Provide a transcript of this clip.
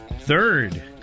third